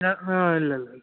அ ஆ இல்லல்லல்லை